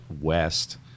West